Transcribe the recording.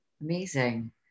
Amazing